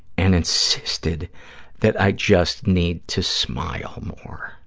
and insisted that i just need to smile more.